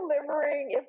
delivering